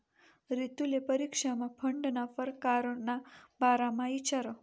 रितुले परीक्षामा फंडना परकार ना बारामा इचारं